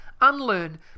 unlearn